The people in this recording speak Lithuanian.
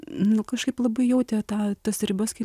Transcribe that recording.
nu kažkaip labai jautė tą tas ribas kai